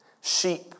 Sheep